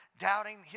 Doubting